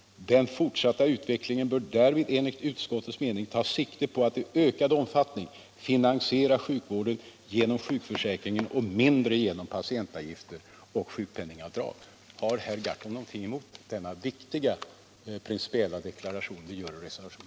Den fortsatta utvecklingen bör därvid enligt vår mening ta sikte på att i ökad omfattning finansiera sjukvården genom sjukförsäkringen och mindre genom patientavgifter och sjukpenningavdrag. Har herr Gahrton något emot denna viktiga principiella deklaration i vår reservation?